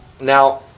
now